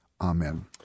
Amen